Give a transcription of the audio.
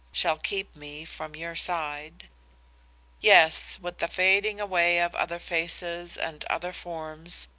shall keep me from your side yes, with the fading away of other faces and other forms,